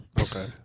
Okay